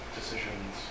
decisions